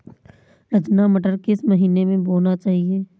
रचना मटर किस महीना में बोना चाहिए?